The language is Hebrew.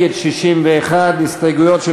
נגד, 61. אני קובע כי הסתייגויות של